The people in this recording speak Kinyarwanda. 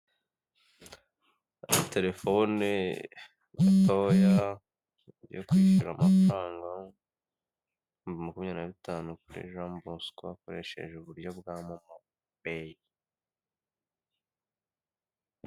Agatelefone gatoya yo kwishyura amafaranga ibihumbi makumyabiri na bitanu kuri Jean Bosco hakoreshejwe uburyo bwa momo pay.